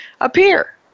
appear